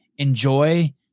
enjoy